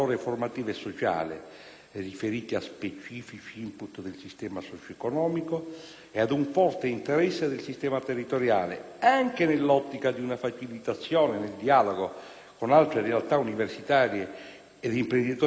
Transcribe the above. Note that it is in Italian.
riferite a specifici *input* del sistema socio-economico e ad un forte interesse del sistema territoriale, anche nell'ottica di una facilitazione nel dialogo con altre realtà universitarie ed imprenditoriali e nell'approccio